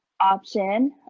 option